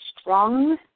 strong